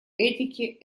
этики